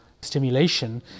stimulation